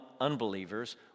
unbelievers